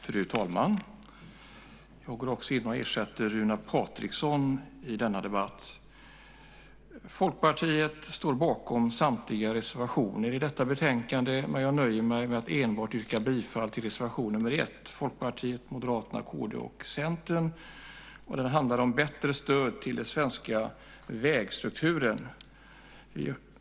Fru talman! Jag ersätter Runar Patriksson i denna debatt. Folkpartiet står bakom samtliga reservationer i detta betänkande, men jag nöjer mig med att enbart yrka bifall till reservation nr 1 av Folkpartiet, Moderaterna, Kristdemokraterna och Centern. Den handlar om bättre stöd till den svenska vägstrukturen.